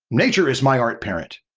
nature is my art parent'. well,